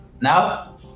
Now